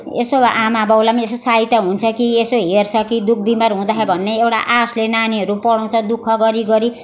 यसो आमा बाउलाई पनि यसो सहायता हुन्छ कि यसो हेर्छ कि दुःख बिमार हुँदाखेरि भन्ने एउटा आशले नानीहरू पढाउँछ दुःख गरी गरी